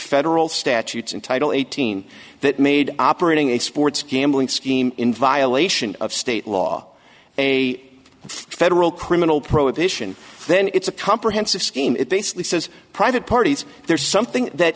federal statutes in title eighteen that made operating a sports gambling scheme in violation of state law a federal criminal prohibition then it's a comprehensive scheme it basically says private parties there's something that